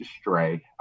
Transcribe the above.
stray